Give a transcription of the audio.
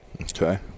Okay